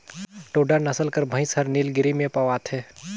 टोडा नसल कर भंइस हर नीलगिरी में पवाथे